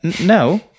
no